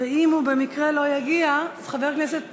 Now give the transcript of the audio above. ואם הוא במקרה לא יגיע, חבר הכנסת פייגלין,